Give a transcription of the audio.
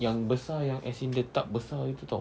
yang besar yang as in tub besar gitu [tau]